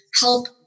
help